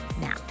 now